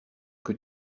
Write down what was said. que